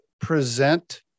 present